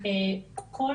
ככל